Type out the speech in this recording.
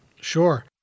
Sure